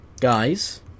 Guys